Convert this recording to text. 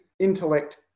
intellect